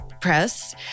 press